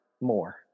more